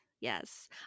Yes